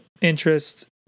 interest